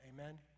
Amen